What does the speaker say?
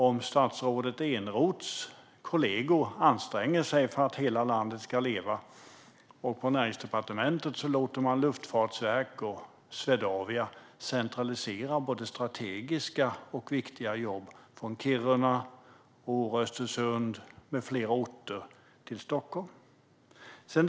När statsrådets Eneroths kollegor anstränger sig för att hela landet ska leva låter Näringsdepartementet Luftfartsverket och Swedavia centralisera strategiskt viktiga jobb från Kiruna, Östersund med flera orter till Stockholm.